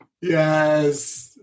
Yes